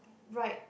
right